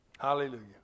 Hallelujah